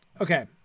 Okay